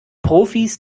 profis